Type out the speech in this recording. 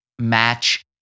match